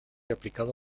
aplicado